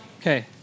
Okay